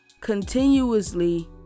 continuously